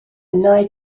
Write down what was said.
wnei